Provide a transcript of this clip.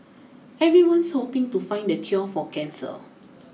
everyone's hoping to find the cure for cancer